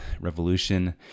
revolution